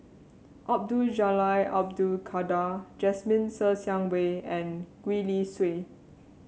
Abdul Jalil Abdul Kadir Jasmine Ser Xiang Wei and Gwee Li Sui